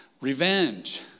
revenge